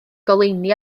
goleuni